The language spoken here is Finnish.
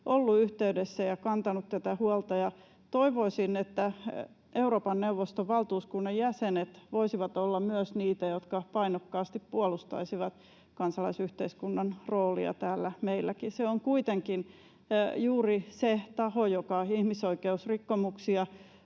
ollut yhteydessä ja kantanut tätä huolta. Toivoisin, että Euroopan neuvoston valtuuskunnan jäsenet voisivat olla myös niitä, jotka painokkaasti puolustaisivat kansalaisyhteiskunnan roolia täällä meilläkin. Se on kuitenkin juuri se taho, joka ihmisoikeusrikkomuksia,